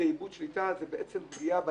זה איבוד שליטה, זו בעצם פגיעה בלגיטימיות,